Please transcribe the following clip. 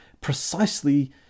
precisely